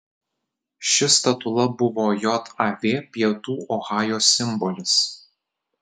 ši statula buvo jav pietų ohajo simbolis